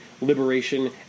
Liberation